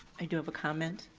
i do have a comment.